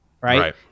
Right